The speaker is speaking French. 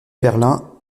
berlin